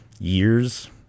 years